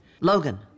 Logan